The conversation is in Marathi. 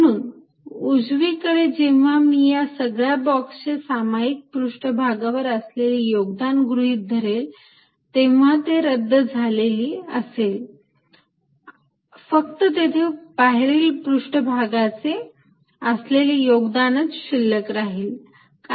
म्हणून उजवीकडे जेव्हा मी या सगळ्या बॉक्स चे सामायिक पृष्ठभागावर असलेले योगदान गृहीत धरले तेव्हा ते रद्द झालेली असेल फक्त तेथे बाहेरील पृष्ठ भागांचे असलेले योगदानच शिल्लक राहील